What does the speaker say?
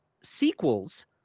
sequels